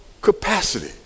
capacity